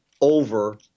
over